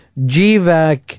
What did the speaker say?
GVAC